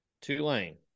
Tulane